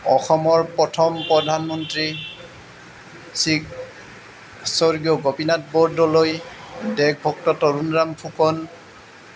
অসমৰ প্ৰথম প্ৰধানমন্ত্ৰী গোপীনাথ বৰদলৈ দেশভক্ত তৰুণৰাম ফুকন